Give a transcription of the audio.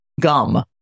gum